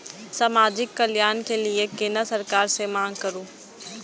समाजिक कल्याण के लीऐ केना सरकार से मांग करु?